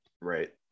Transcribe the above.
Right